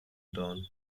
dawn